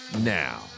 now